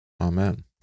Amen